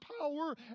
power